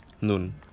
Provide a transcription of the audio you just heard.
noon